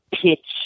pitch